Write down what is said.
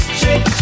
shake